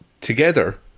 together